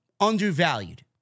undervalued